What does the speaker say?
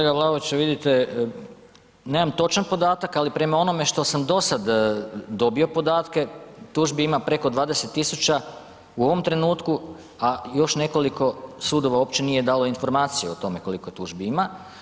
Kolega Vlaoviću vidite nema točan podatak, ali prema onome što sam dosada dobio podatke tužbi ima preko 20.000 u ovom trenutku, a još nekoliko sudova uopće nije dalo informaciju o tome koliko tužbi ima.